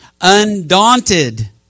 undaunted